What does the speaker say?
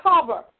cover